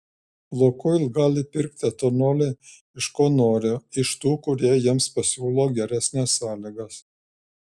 lukoil gali pirkti etanolį iš ko nori iš tų kurie jiems pasiūlo geresnes sąlygas